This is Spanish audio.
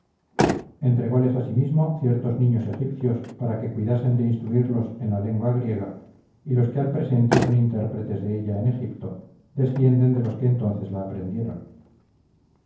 prometido entrególes asimismo ciertos niños egipcios para que cuidasen de instruirlos en la lengua griega y los que al presente son intérpretes de ella en egipto descienden de los que entonces la aprendieron